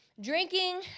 drinking